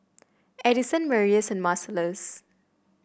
Addyson Marius and Marcellus